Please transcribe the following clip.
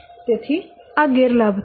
તેથી આ ગેરલાભ થશે